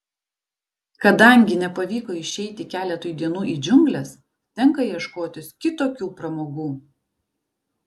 kadangi nepavyko išeiti keletui dienų į džiungles tenka ieškotis kitokių pramogų